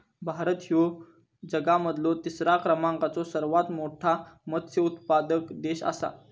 भारत ह्यो जगा मधलो तिसरा क्रमांकाचो सर्वात मोठा मत्स्य उत्पादक देश आसा